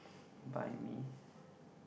buy me